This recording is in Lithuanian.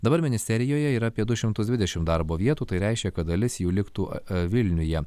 dabar ministerijoje yra apie du šimtai dvidešimt darbo vietų tai reiškia kad dalis jų liktų vilniuje